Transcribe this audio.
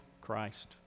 Christ